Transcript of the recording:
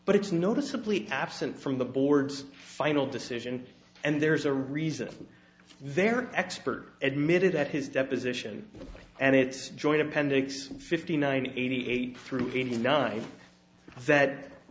but it's noticeably absent from the board's final decision and there's a reason for their expert admitted that his deposition and its joint appendix fifty nine eighty eight through eighty nine that